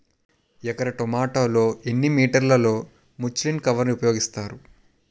ఎకర టొమాటో లో ఎన్ని మీటర్ లో ముచ్లిన్ కవర్ ఉపయోగిస్తారు?